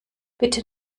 bitte